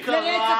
מי קרא לרצח?